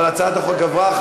אבל הצעת החוק עברה.